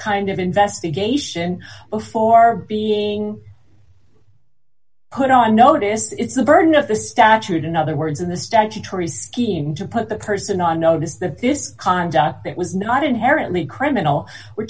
kind of investigation before being put on notice it's the burden of the statute in other words in the statutory scheme to put the person on notice that this conduct that was not inherently criminal we're